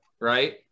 right